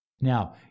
Now